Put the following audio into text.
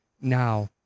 now